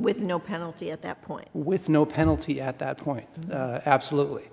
with no penalty at that point with no penalty at that point absolutely